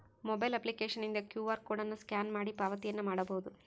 mobile ಅಪ್ಲಿಕೇಶನ್ನಿಂದ Q R code ಅನ್ನು scan ಮಾಡಿ ಪಾವತಿಯನ್ನ ಮಾಡಬೊದು